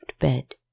bed